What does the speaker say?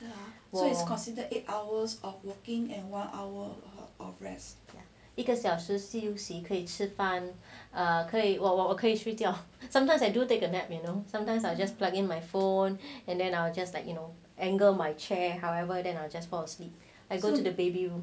一个小时休息可以吃饭可以我可以睡觉 sometimes I do take a nap you know sometimes I'll just plug in my phone and then I will just like you know angle my chair however then I will just fall asleep I go to the baby room